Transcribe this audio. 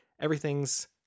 Everything's